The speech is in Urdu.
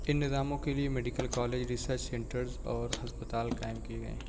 ان نظاموں کے لیے میڈیکل کالج ریسرچ سینٹرز اور ہسپتال قائم کیے گئے ہیں